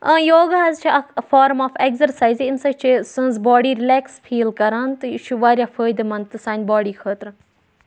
اۭں یوگا حظ چھُ اَکھ فارم آف ایٚگزَرسایز اَمہِ سۭتۍ چھِ سٔنز باڈی رِلیکٕس فیٖل کَران تہٕ یہِ چھُ واریاہ فٲیدٕ مَنٛد تہِ سانہِ باڈی خٲطرٕ